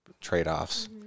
trade-offs